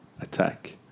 attack